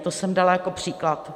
To jsem dala jako příklad.